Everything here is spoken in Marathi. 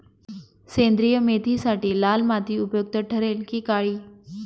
सेंद्रिय मेथीसाठी लाल माती उपयुक्त ठरेल कि काळी?